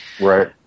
Right